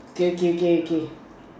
okay okay okay okay